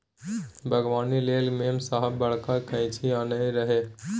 बागबानी लेल मेम साहेब बड़का कैंची आनने रहय